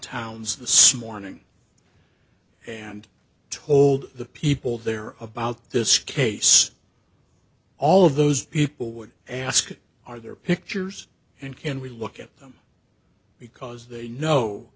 towns the small arning and told the people there about this case all of those people would ask are there pictures and can we look at them because they know